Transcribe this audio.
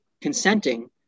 consenting